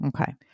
Okay